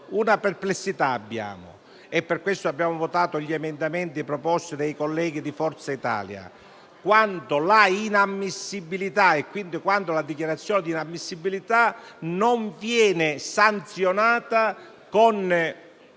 una perplessità, e per questo abbiamo votato gli emendamenti proposti dei colleghi di Forza Italia: quando la dichiarazione di inammissibilità non viene sanzionata con